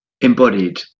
Embodied